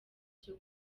cyo